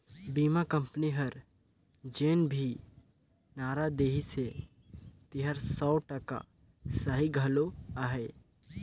बीमा कंपनी हर जेन भी नारा देहिसे तेहर सौ टका सही घलो अहे